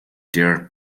their